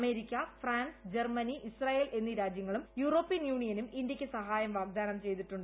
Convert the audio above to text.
America France Germany Israel എന്നീ രാജ്യങ്ങളും European യൂണിയനും ഇന്ത്യയ്ക്ക് സഹായം വാഗ്ദാനം ചെയ്തിട്ടുണ്ട്